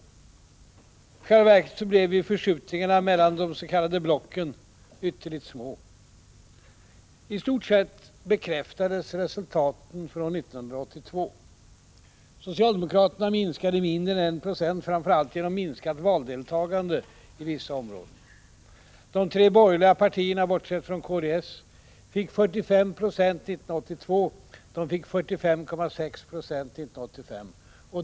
I själva verket blev förskjutningarna mellan de s.k. blocken ytterligt små. I stort sett bekräftades resultaten från 1982. Socialdemokraterna minskade mindre än 190, framför allt genom minskat valdeltagande i vissa områden. De tre borgerliga partierna — bortsett från kds — fick 45,0 90 år 1982. De fick 45,6 20 1985.